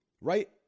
right